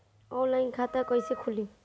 Online खाता कईसे खुलि?